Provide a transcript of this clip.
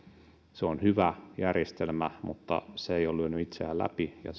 se on hyvä järjestelmä mutta se ei ole lyönyt itseään läpi ja